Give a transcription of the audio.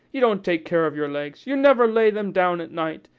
you don't take care of your legs. you never lay them down at night.